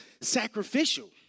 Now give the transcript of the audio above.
sacrificial